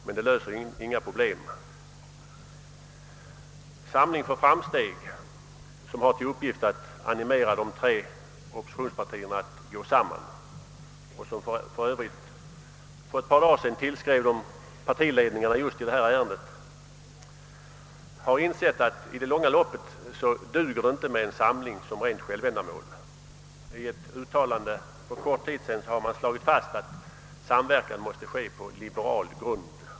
Detta löser dock inga problem, Samling för Framsteg, som har till uppgift att animera de tre borgerliga partierna att gå samman och som för övrigt för ett par dagar sedan tillskrev partiledarna i detta ärende, har insett att det i det långa loppet inte duger med en samling som ett rent självändamål. I ett uttalande för kort tid sedan slog man fast att samverkan måste bedrivas på liberal grund.